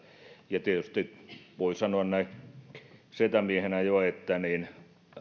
ja tietysti voi sanoa näin setämiehenä jo että